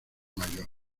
mayor